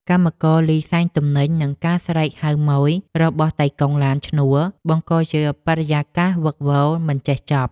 កម្មករលីស៊ែងទំនិញ និងការស្រែកហៅម៉ូយរបស់តៃកុងឡានឈ្នួលបង្កជាបរិយាកាសវឹកវរមិនចេះចប់។